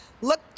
Look